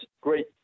great